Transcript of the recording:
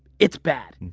it's bad. and